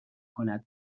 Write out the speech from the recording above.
کند